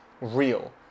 real